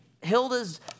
Hilda's